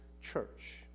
church